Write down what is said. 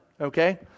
okay